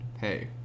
hey